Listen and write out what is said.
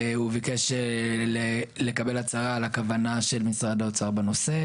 הוא ביקש לקבל הצעה על הכוונה של משרד האוצר בנושא.